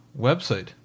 website